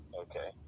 Okay